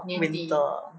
winter ah